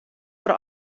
der